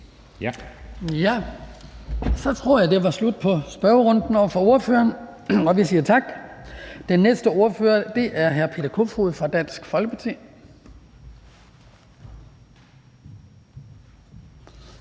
Så tror jeg, det var slut på spørgerunden for ordføreren, og vi siger tak. Den næste ordfører er hr. Peter Kofod fra Dansk Folkeparti.